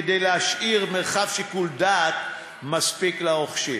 כדי להשאיר מרחב שיקול דעת מספיק לרוכשים.